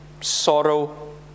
sorrow